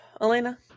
Elena